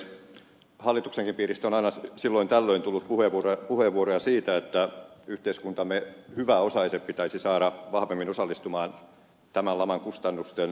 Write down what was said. hallituksenkin piiristä on aina silloin tällöin tullut puheenvuoroja siitä että yhteiskuntamme hyväosaiset pitäisi saada vahvemmin osallistumaan tämän laman kustannusten maksamiseen